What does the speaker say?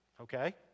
okay